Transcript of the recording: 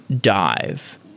Dive